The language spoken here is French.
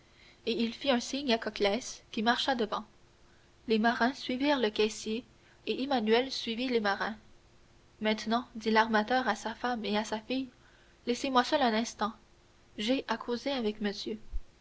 et il fit un signe à coclès qui marcha devant les marins suivirent le caissier et emmanuel suivit les marins maintenant dit l'armateur à sa femme et à sa fille laissez-moi seul un instant j'ai à causer avec monsieur